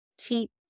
keep